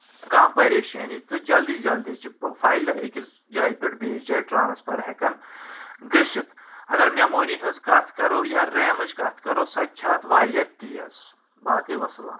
کانٛہہ پریشٲنی تہٕ جلدی جلدی چھِ فایلہٕ أکِس جایہِ پؠٹھ بیٚیِس جایہِ ٹرانسفر ہؠکان گٔژھِتھ اگر میموری ہٕنٛز کتھ کرو یا ریمٕچ کتھ کرو سۄ تہِ چھِ اتھ واریاہ تیز باقٕے وسلام